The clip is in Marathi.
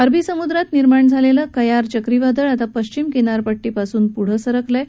अरबी समुद्रात निर्माण झालेलं कयार चक्रीवादळ आता पश्चिम किनारपट्टीपासून पुढे सरकलं आहे